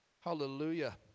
Hallelujah